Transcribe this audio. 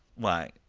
why,